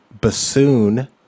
bassoon